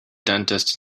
dentist